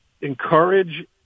encourage